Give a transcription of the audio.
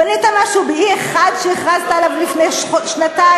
בנית משהו ב-E1, שהכרזת עליו לפני שנתיים?